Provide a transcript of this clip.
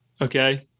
Okay